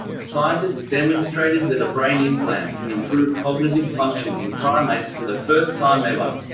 scientists demonstrated that a brain implant can improve cognitive function in primates for the first time ever.